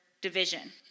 division